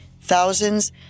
thousands